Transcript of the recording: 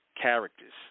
characters